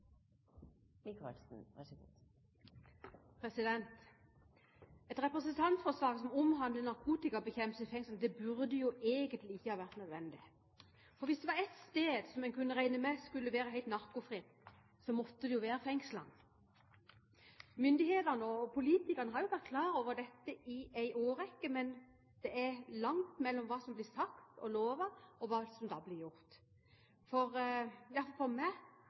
Et representantforslag som omhandler narkotikabekjempelse i fengslene, burde jo egentlig ikke ha vært nødvendig. For hvis det var ett sted som en kunne regne med skulle være helt narkofritt, måtte det være i fengslene. Myndighetene og politikerne har vært klar over dette i en årrekke, men det er langt mellom hva som blir sagt og lovet, og hva som blir gjort.